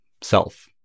self